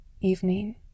evening